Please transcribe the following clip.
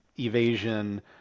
evasion